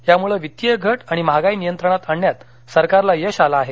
यामुळे वित्तीय घट आणि महागाई नियंत्रणात आणण्यात सरकारला यश आलं आहे